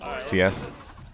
CS